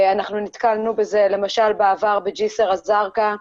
אנחנו נתקלנו בזה למשל בעבר בג'סר א-זרקא,